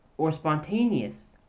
or spontaneous,